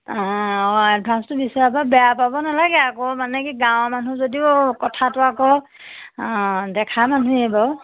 অ অ এডভাঞ্চটো বিচৰা পৰা বেয়া পাব নালাগে আকৌ মানে কি গাঁৱৰ মানুহ যদিও কথাটো আকৌ অ দেখা মানুহেই বাৰু